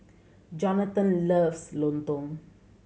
Jonatan loves lontong